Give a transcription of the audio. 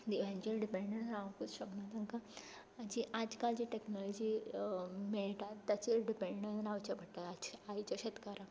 हांचेर डिपेंडट रावुंकूच शकना तांकां जी आज काल जी टेक्नोलॉजी मेळटा ताचेर डिपेंडंट रावचे पडटा आय आयच्या शेतकाराक